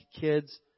kids